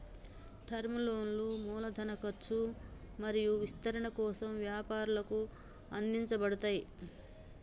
term లోన్లు మూలధన ఖర్చు మరియు విస్తరణ కోసం వ్యాపారాలకు అందించబడతయ్